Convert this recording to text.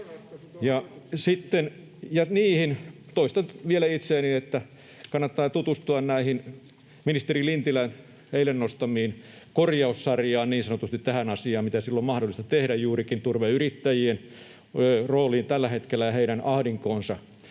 hallituksen käsissä!] Toistan vielä itseäni, että kannattaa tutustua tähän ministeri Lintilän eilen nostamaan korjaussarjaan, niin sanotusti, tähän asiaan, mitä siellä on mahdollista tehdä tällä hetkellä, juurikin turveyrittäjien rooliin ja heidän ahdinkoonsa.